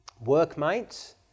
workmates